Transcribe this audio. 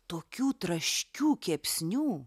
tokių traškių kepsnių